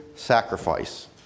Sacrifice